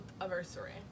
anniversary